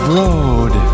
road